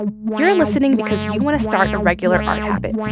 you're listening because you want to start a regular art habit.